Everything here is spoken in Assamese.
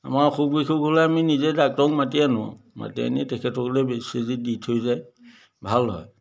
আমাৰ অসুখ বিসুখ হ'লে আমি নিজে ডাক্তৰক মাতি আনো মাতি আনি তেখেতসকলে বেজী চেজী দি থৈ যায় ভাল হয়